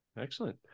Excellent